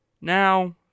now